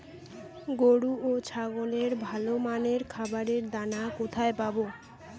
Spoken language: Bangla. গরু ও ছাগলের ভালো মানের খাবারের দানা কোথায় পাবো?